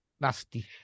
nasty